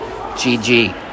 GG